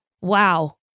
wow